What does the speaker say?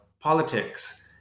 politics